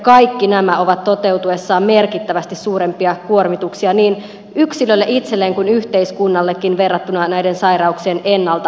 kaikki nämä ovat toteutuessaan merkittävästi suurempia kuormituksia niin yksilölle itselleen kuin yhteiskunnallekin verrattuna näiden sairauksien ennaltaehkäisyyn